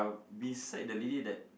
beside the lady that